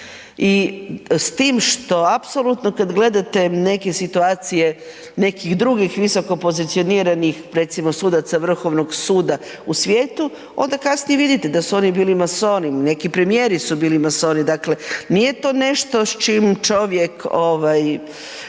i s tim što apsolutno kad gledate neke situacije nekih drugih visokopozicioniranih recimo sudaca vrhovnog suda u svijetu onda kasnije vidite da su oni bili masoni, neki premijeri su bili masoni, dakle nije to nešto s čim čovjek, što